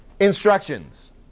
instructions